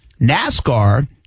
NASCAR